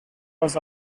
was